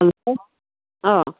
hello ꯑꯥ